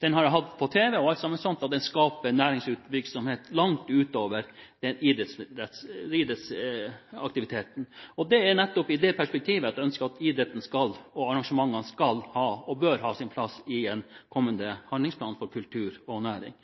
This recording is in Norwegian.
har hatt på tv, har skapt næringsvirksomhet langt utover idrettsaktiviteten. Og det er nettopp i det perspektivet jeg ønsker at idretten og arrangementene skal og bør ha sin plass i en kommende handlingsplan for kultur og næring.